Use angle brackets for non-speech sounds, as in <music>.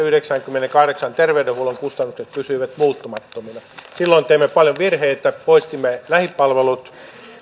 <unintelligible> yhdeksänkymmentäkahdeksan terveydenhuollon kustannukset pysyivät muuttumattomina silloin teimme paljon virheitä poistimme lähipalvelut